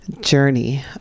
journey